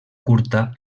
curta